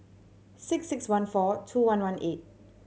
six six one four two one one eight